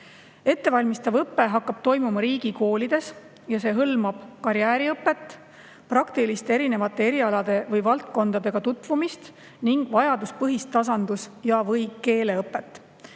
Ettevalmistav õpe hakkab toimuma riigikoolides ja see hõlmab karjääriõpet, erinevate praktiliste erialade või valdkondadega tutvumist ning vajaduspõhist tasandus- ja/või keeleõpet.